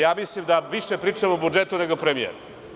Ja mislim da više pričam o budžetu, nego o premijeru.